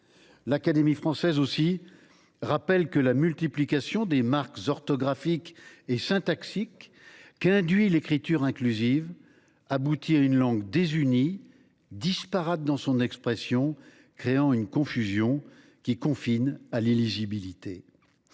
Elle rappelle également :« La multiplication des marques orthographiques et syntaxiques qu’induit [l’écriture inclusive] aboutit à une langue désunie, disparate dans son expression, créant une confusion qui confine à l’illisibilité.